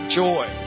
joy